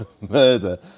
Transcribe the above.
murder